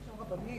יש שם גם רבנים.